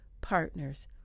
partners